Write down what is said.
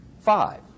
five